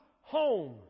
home